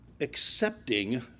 accepting